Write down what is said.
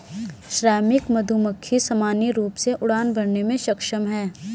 श्रमिक मधुमक्खी सामान्य रूप से उड़ान भरने में सक्षम हैं